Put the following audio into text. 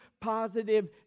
positive